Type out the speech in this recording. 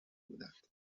بودند